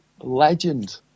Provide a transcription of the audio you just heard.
Legend